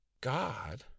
god